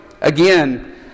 Again